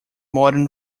modern